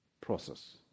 process